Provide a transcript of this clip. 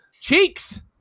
Cheeks